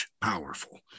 powerful